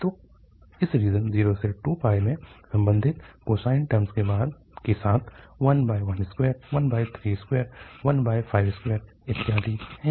तो इस रीजन 0 से 2 में संबंधित कोसाइन टर्मस के साथ 112132152 इत्यादि है